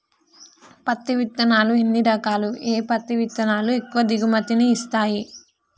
పత్తి విత్తనాలు ఎన్ని రకాలు, ఏ పత్తి విత్తనాలు ఎక్కువ దిగుమతి ని ఇస్తాయి?